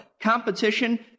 competition